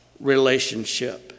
relationship